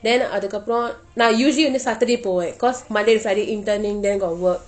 then அதற்கு அப்ரம நான்:atharku apram naan usually வந்து:vanthu saturday போவேன்:poven cause monday and sunday interning then got work